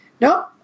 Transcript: No